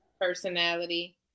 personality